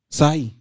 Sai